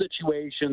situations